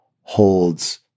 holds